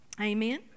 Amen